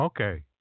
Okay